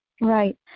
Right